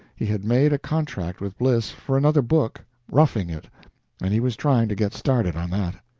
he had made a contract with bliss for another book roughing it and he was trying to get started on that.